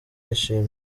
bishimye